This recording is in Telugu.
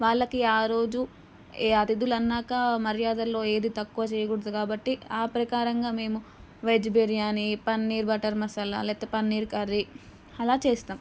వాళ్ళకి ఆ రోజు అతిధులన్నాక మర్యాదల్లో ఏదీ తక్కువ చేయకూడదు కాబట్టి ఆ ప్రకారంగా మేము వెజ్ బిర్యానీ పన్నీర్ బటర్ మసాలా లేకపోతే పన్నీర్ కర్రీ అలా చేస్తాం